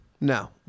No